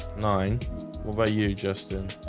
nine will they you just and